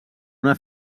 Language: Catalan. una